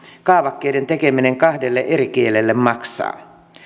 kaavakkeiden tekeminen kahdelle eri kielelle maksavat